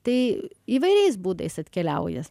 tai įvairiais būdais atkeliauja